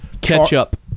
ketchup